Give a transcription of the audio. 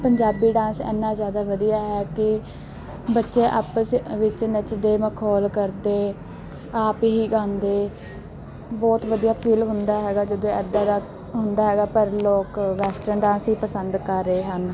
Punjabi dance ਇੰਨਾ ਜ਼ਿਆਦਾ ਵਧੀਆ ਹੈ ਕਿ ਬੱਚੇ ਆਪਸ ਵਿੱਚ ਨੱਚਦੇ ਮਖੌਲ ਕਰਦੇ ਆਪ ਹੀ ਗਾਉਂਦੇ ਬਹੁਤ ਵਧੀਆ ਫੀਲ ਹੁੰਦਾ ਹੈਗਾ ਜਦੋਂ ਇੱਦਾਂ ਦਾ ਹੁੰਦਾ ਹੈਗਾ ਪਰ ਲੋਕ ਵੈਸਟਰਨ ਡਾਂਸ ਹੀ ਪਸੰਦ ਕਰ ਰਹੇ ਹਨ